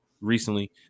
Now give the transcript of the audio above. recently